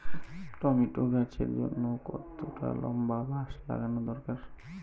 Tomato গাছের জন্যে কতটা লম্বা বাস লাগানো দরকার?